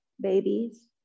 babies